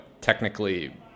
technically